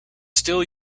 still